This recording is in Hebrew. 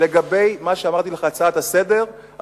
לגבי מה שאמרתי על ההצעה לסדר-היום,